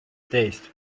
taste